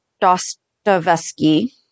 Dostoevsky